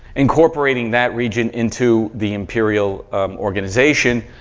incorporating that region into the imperial organization.